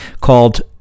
called